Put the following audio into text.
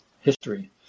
history